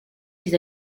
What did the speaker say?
vis